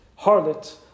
harlot